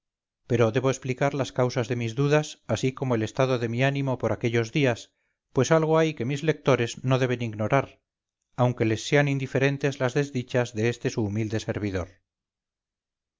pero debo explicar las causas de mis dudas así como el estado de mi ánimo por aquellos días pues algo hay que mis lectores no deben ignorar aunque les sean indiferentes las desdichas de este su humilde servidor